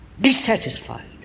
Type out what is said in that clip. dissatisfied